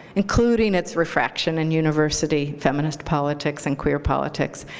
including its refraction in university feminist politics and queer politics,